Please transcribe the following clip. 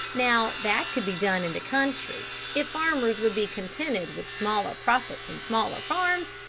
now that could be done in the country. if farmers would be contented with smaller profits and smaller farms,